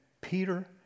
Peter